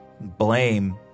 blame